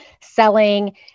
selling